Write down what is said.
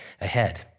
ahead